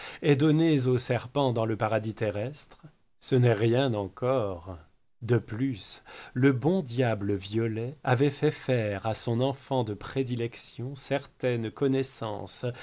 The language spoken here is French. aient donné au serpent dans le paradis terrestre ce n'est rien encore de plus le bon diable violet avait fait faire à son enfant de prédilection certaines connaissances